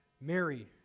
Mary